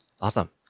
Awesome